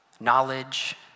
knowledge